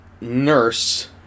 nurse